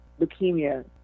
leukemia